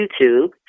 YouTube